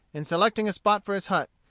in selecting a spot for his hut,